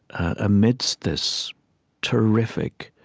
amidst this terrific